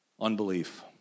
Unbelief